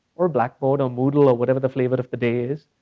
or blackboard, or moodle, or whatever the flavor of the day is.